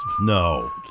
No